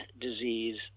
disease